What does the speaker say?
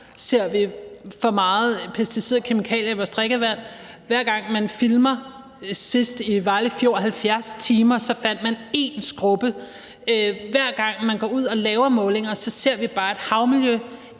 ser vi for meget pesticid og for mange kemikalier i vores drikkevand. Sidst man filmede i 70 timer i Vejle Fjord, fandt man én skrubbe. Hver gang vi går ud og laver målinger, ser vi bare et havmiljø